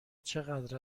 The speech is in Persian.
چقدر